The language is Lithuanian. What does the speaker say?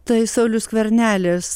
tai saulius skvernelis